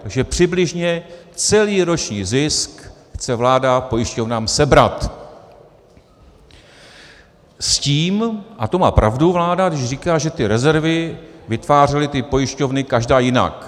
Takže přibližně celý roční zisk chce vláda pojišťovnám sebrat s tím, a to má pravdu vláda, když říká, že ty rezervy vytvářely ty pojišťovny každá jinak.